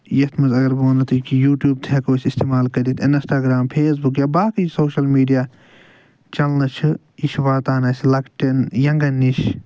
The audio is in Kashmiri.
یتھ منٛز اگر بہٕ ؤنو تۄہہِ کہِ یوٗٹیوب تہِ ہٮ۪کو أسۍ استعمال کٔرِتھ انسٹاگرام فیس بُک یا باقی سوشل میٖڈیا چنلہٕ چھِ یہِ چھِ واتان اسہِ لۄکِٹین ینگن نِش